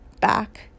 back